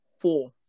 Four